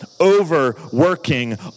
overworking